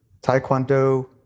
Taekwondo